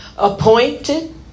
Appointed